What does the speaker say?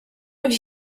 have